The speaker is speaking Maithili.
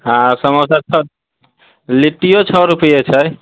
हँ समोसा छओ लिट्टिओ छओ रुपैए छै